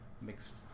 mixed